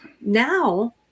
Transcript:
now